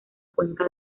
cuenca